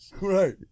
Right